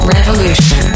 Revolution